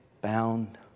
bound